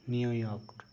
New York